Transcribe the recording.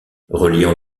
reliant